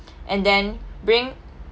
and then bring